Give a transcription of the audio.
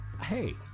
hey